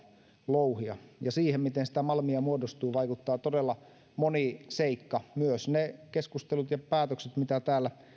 louhia ja siihen miten sitä malmia muodostuu vaikuttaa todella moni seikka myös ne keskustelut ja päätökset mitä täällä